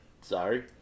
sorry